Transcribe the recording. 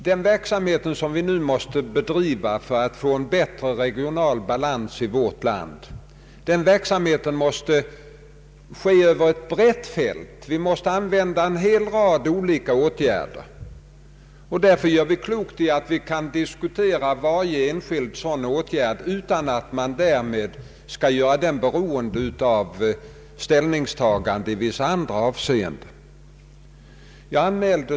Den verksamhet som vi nu skall bedriva för att få bättre regional balans i vårt land, måste omfatta ett brett fält. Vi måste tillgripa en hel rad olika åtgärder. Därför gör vi klokt i att se till att vi kan diskutera varje enskild sådan åtgärd utan att man därmed skall göra den beroende av ställningstaganden i vissa andra avseenden.